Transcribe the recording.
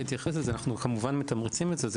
להתייחס לזה: אנחנו מתמרצים את זה, כמובן.